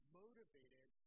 motivated